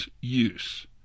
use